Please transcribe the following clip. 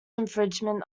infringement